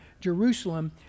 Jerusalem